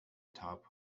top